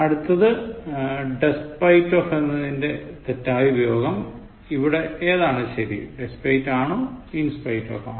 അടുത്തത് despite off എന്നതിൻറെ തെറ്റായ ഉപയോഗം ഇവിടെ ഏതാണ് ശരി despite ആണോ in spite of ആണോ